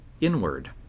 inward